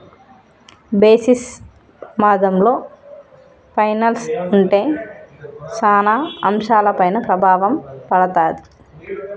basis పమాధంలో పైనల్స్ ఉంటే సాన అంశాలపైన ప్రభావం పడతాది